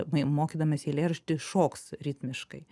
mokydamiesi eilėraštį šoks ritmiškai